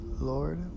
Lord